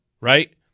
right